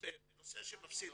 בנושא שמפסיד.